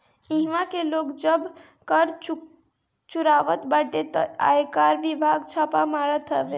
इहवा के लोग जब कर चुरावत बाटे तअ आयकर विभाग छापा मारत हवे